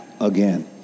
again